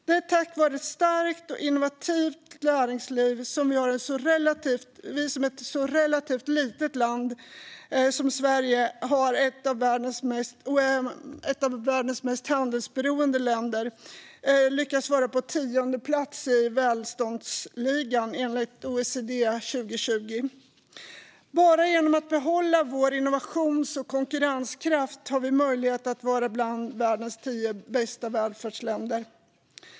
Det är tack vare ett starkt och innovativt näringsliv som ett så relativt litet land som Sverige, som är ett av världens mest handelsberoende länder, lyckas vara på tionde plats i välståndsligan, enligt OECD 2020. Bara genom att behålla vår innovations och konkurrenskraft har vi möjlighet att vara bland världens tio bästa välfärdsländer.